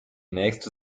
nächste